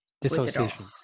Dissociation